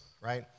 right